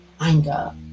anger